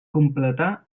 completar